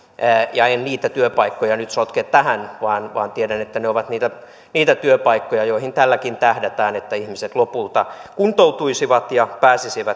en niitä työpaikkoja nyt sotke tähän vaan vaan tiedän että ne ovat niitä niitä työpaikkoja joihin tälläkin tähdätään ihmisten lopulta kuntoutuvan ja